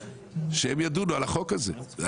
שהם ידונו על החוק הזה.